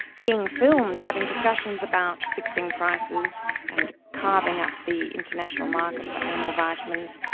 being filmed, having discussions about fixing prices and carving up the international market for animal vitamins,